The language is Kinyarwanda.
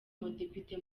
umudepite